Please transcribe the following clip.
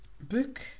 Book